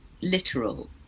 literal